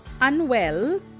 unwell